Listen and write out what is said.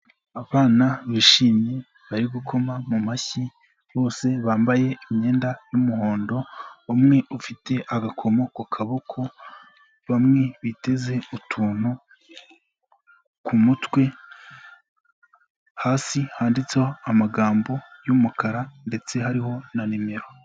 Abana bishimye bari gukoma mu mashyi bose bambaye imyenda y'umuhondo umwe ufite agakomo ku kaboko, bamwe biteze utuntu ku mutwe hasi handitseho amagambo y'umukara ndetse hariho na nimero.